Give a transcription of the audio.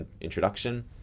introduction